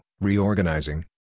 Reorganizing